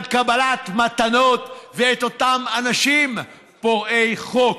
קבלת מתנות ואת אותם אנשים פורעי חוק.